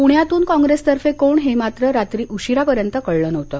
पुण्यातून कॉप्रेसतर्फे कोण हे मात्र रात्री उशीरापर्यंत कळलं नव्हतं